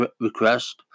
request